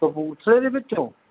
ਕਪੂਰਥਲੇ ਦੇ ਵਿੱਚ